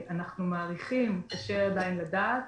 אנחנו מעריכים קשה עדיין לדעת